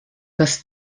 das